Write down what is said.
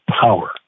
power